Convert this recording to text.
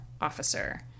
officer